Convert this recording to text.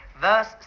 verse